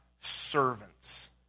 servants